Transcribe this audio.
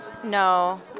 No